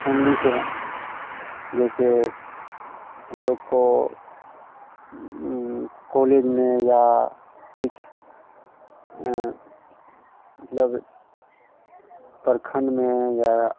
family से हैं जैसे हम लोग को कोलेज में या कुछ मतलब कारखाने में या